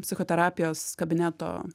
psichoterapijos kabineto